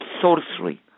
sorcery